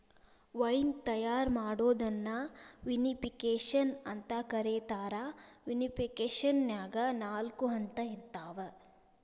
wine ತಯಾರ್ ಮಾಡೋದನ್ನ vinification ಅಂತ ಕರೇತಾರ, ವಿನಿಫಿಕೇಷನ್ನ್ಯಾಗ ನಾಲ್ಕ ಹಂತ ಇರ್ತಾವ